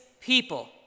people